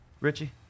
Richie